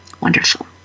wonderful